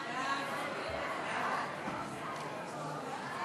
ההצעה להעביר את הצעת חוק הבטחת הכנסה (תיקון,